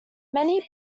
many